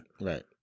Right